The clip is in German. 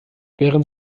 während